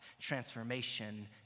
transformation